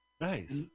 Nice